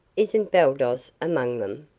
isn't baldos among them?